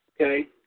Okay